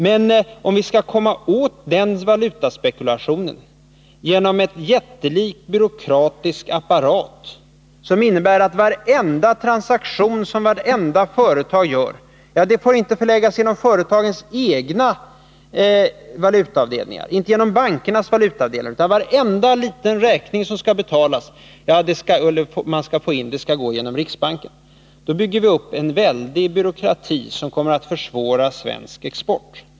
Men om betalningen för varenda transaktion som vartenda företag gör inte får gå genom företagens egna valutaavdelningar eller bankernas valutaavdelningar utan måste gå genom riksbanken, bygger vi upp en jättelik byråkratisk apparat, som kommer att försvåra svensk export.